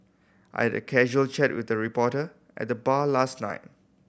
I'd a casual chat with a reporter at the bar last night